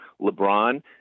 LeBron